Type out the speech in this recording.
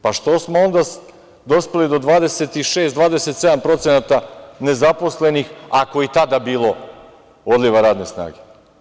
Pa, što smo onda dospeli do 26,27% nezaposlenih ako je i tada bilo odliva radne snage.